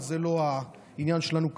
אבל זה לא העניין שלנו כרגע,